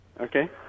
Okay